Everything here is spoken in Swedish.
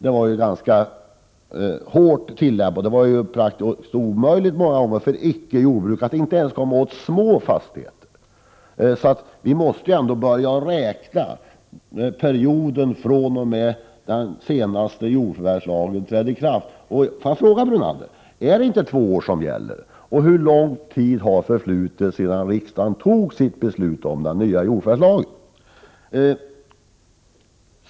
Det var ett ganska hårt krav; det var många gånger praktiskt taget omöjligt för icke-jordbrukare att komma åt ens små fastigheter. Vi måste ändå börja räkna perioden fr.o.m. den senaste jordförvärvslagens ikraftträdande. Låt mig fråga Brunander: Är det inte två år som gäller? Hur lång tid har förflutit sedan riksdagen fattade sitt beslut om den nya jordförvärvslagen?